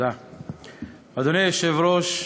אדוני היושב-ראש,